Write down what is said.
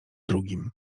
drugim